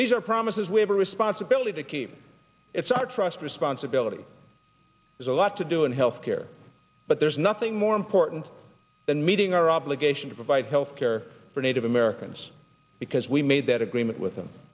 these are promises we have a responsibility to keep it's our trust responsibility there's a lot to do in health care but there's nothing more important than meeting our obligation to provide health care for native americans because we made that agreement with them